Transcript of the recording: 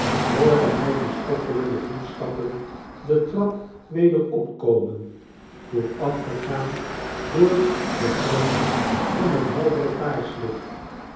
hoorde hij de schoffelende voetstappen de trap weder opkomen voorafgegaan door den glans van het